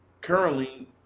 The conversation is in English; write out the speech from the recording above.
currently